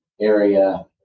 area